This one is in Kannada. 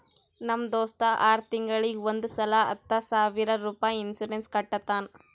ನಮ್ ದೋಸ್ತ ಆರ್ ತಿಂಗೂಳಿಗ್ ಒಂದ್ ಸಲಾ ಹತ್ತ ಸಾವಿರ ರುಪಾಯಿ ಇನ್ಸೂರೆನ್ಸ್ ಕಟ್ಟತಾನ